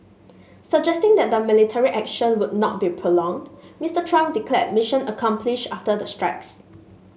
suggesting that the military action would not be prolonged Mister Trump declared mission accomplished after the strikes